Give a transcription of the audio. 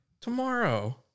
Tomorrow